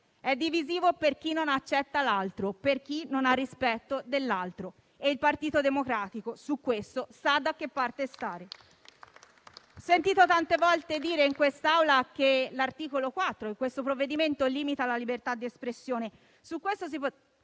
è divisivo per chi non accetta l'altro, per chi non ha rispetto dell'altro. Il Partito Democratico su questo sa da che parte stare. Ho sentito tante volte dire in quest'Aula che l'articolo 4 del provvedimento limiterebbe la libertà di espressione. Su questo si